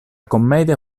commedia